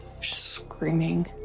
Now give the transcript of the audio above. screaming